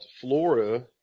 Florida